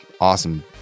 awesome